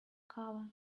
cover